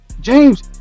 James